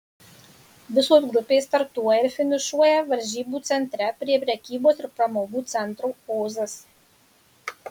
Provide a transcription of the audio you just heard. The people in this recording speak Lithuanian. visos grupės startuoja ir finišuoja varžybų centre prie prekybos ir pramogų centro ozas